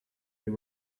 they